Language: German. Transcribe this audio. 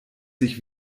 sich